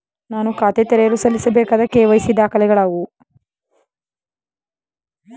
ನಾನು ಖಾತೆ ತೆರೆಯಲು ಸಲ್ಲಿಸಬೇಕಾದ ಕೆ.ವೈ.ಸಿ ದಾಖಲೆಗಳಾವವು?